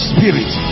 Spirit